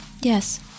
Yes